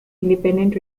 independent